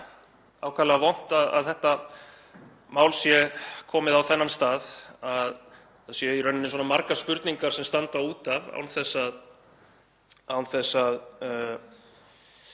ákaflega vont að þetta mál sé komið á þennan stað, að það séu í rauninni svona margar spurningar sem standa út af. Ég held að